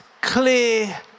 clear